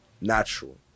natural